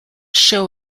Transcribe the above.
show